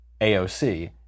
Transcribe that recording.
AOC